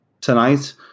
tonight